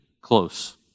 close